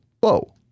Whoa